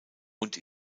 und